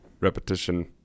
repetition